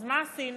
אז מה עשינו?